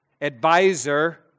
advisor